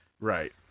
Right